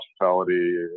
hospitality